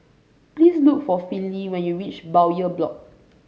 please look for Finley when you reach Bowyer Block